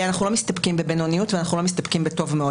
אנחנו לא מסתפקים בבינוניות ואנחנו לא מסתפקים בטוב מאוד.